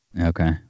Okay